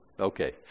okay